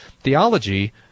theology